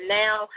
now